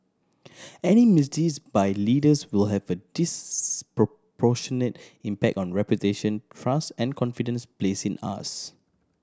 any misdeeds by leaders will have a disproportionate impact on reputation trust and confidence placed in us